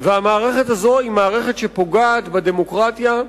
והמערכת הזאת היא מערכת שפוגעת בדמוקרטיה,